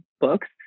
books